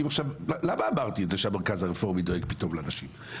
למה אמרתי את זה שהמרכז הרפורמי דואג פתאום לנשים,